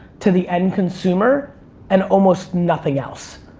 to the end consumer and almost nothing else.